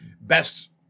best